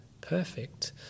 perfect